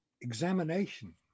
examination